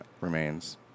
remains